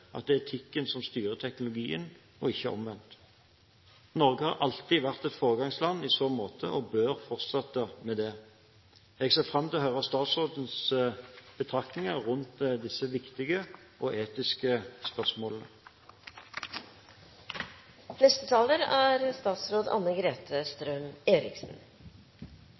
at det er etikken som styrer teknologien, ikke omvendt. Norge har alltid vært et foregangsland i så måte og bør fortsatt være det. Jeg ser fram til å høre statsrådens betraktninger rundt disse viktige og etiske spørsmålene. Som representanten Høie påpeker, er